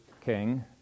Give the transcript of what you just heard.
king